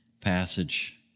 passage